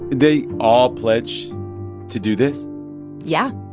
they all pledged to do this yeah.